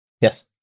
Yes